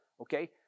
okay